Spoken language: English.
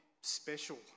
special